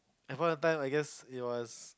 at point of time I guess it was